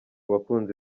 bakunzi